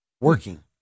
working